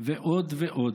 ועוד ועוד.